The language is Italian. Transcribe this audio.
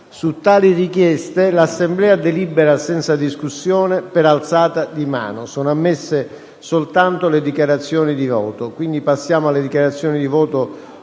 su tali richieste l'Assemblea delibera senza discussione, per alzata di mano; sono ammesse soltanto le dichiarazioni di voto.